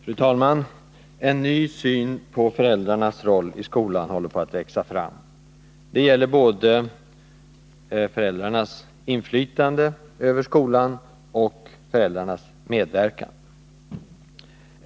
Fru talman! En ny syn på föräldrarnas roll i skolan håller på att växa fram. Det gäller både föräldrarnas inflytande över skolan och föräldrarnas medverkan i skolan.